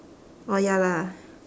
oh ya lah